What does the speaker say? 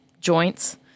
joints